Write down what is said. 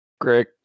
Greg